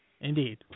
Indeed